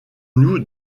nous